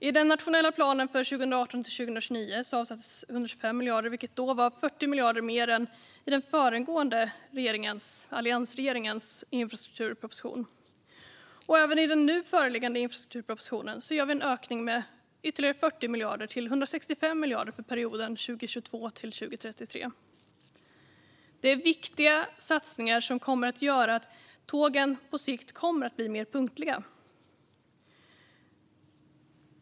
I den nationella planen för 2018-2029 avsattes 125 miljarder, vilket då var 40 miljarder mer än i den föregående alliansregeringens infrastrukturproposition. Och även i den nu föreliggande infrastrukturpropositionen gör vi en ökning med ytterligare 40 miljarder till 165 miljarder för perioden 2022-2033. Detta är viktiga satsningar som kommer att göra att tågen på sikt blir mer punktliga.